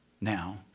Now